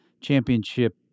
championship